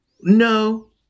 No